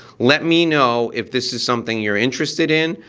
let me know if this is something you're interested in.